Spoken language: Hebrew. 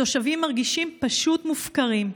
התושבים מרגישים פשוט מופקרים.